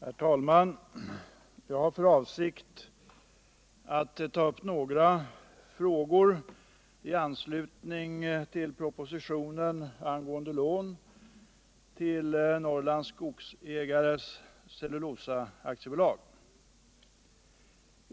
Herr talman! Jag har för avsikt att ta upp några frågor i anslutning till propositionen angående lån till Norrlands Skogsägares Cellulosa AB.